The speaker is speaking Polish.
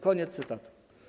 Koniec cytatu.